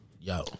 Yo